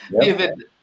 David